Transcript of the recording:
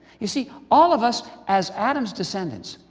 you see all of us, as adam's descendants,